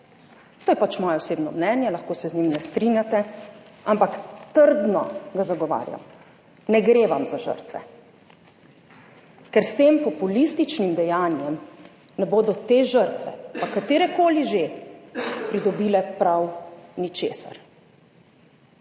to je pač moje osebno mnenje, lahko se z njim ne strinjate, ampak trdno ga zagovarjam. Ne gre vam za žrtve, ker s tem populističnim dejanjem ne bodo te žrtve, pa katerekoli že, pridobile prav ničesar.